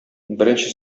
беренче